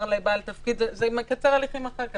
לבעל תפקיד - זה מקצר הליכים אחר כך.